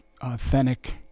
authentic